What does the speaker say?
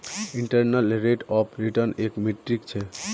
internal rate of return एक metric छ